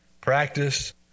Practice